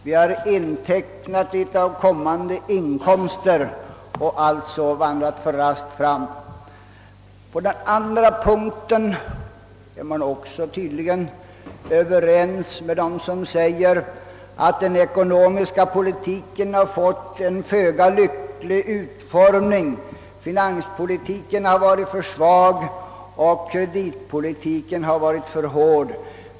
Vi har intecknat litet av kommande inkomster och alltså vandrat för raskt fram. På den andra punkten är man också tydligen överens med dem som säger, att den ekonomiska politiken fått en föga lycklig utformning. Finanspolitiken har varit för svag, och kreditpolitiken har varit för hård.